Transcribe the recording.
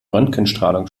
röntgenstrahlung